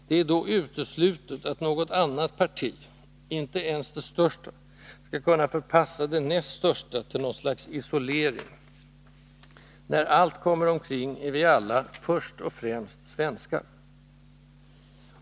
Det är då uteslutet att något annat parti, inte ens det största, skall kunna förpassa det näst största till något slags isolering. När allt kommer omkring är vi alla först och främst svenskar.